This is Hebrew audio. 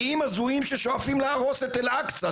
משיחיים הזויים ששואפים להרוס את אל אקצא,